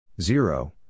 Zero